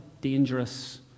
dangerous